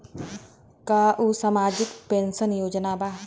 का उ सामाजिक पेंशन योजना बा?